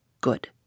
Good